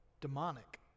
demonic